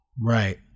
right